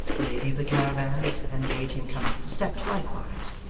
the lady of the caravan then bade him come up the steps likewise,